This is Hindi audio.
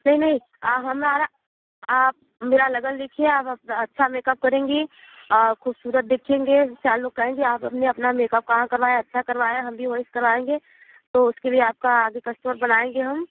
नहीं नहीं हमारा आप मेरा लगन लिखिए आप अपना अच्छा मेकअप करेंगी खूबसूरत दिखेंगे चार लोग कहेंगे आपने अपना मेकअप कहाँ करवाया अच्छा करवाया है हम भी वहीं से करवाएंगे तो उसके लिए आपका आगे कस्टमर बनाएंगे हम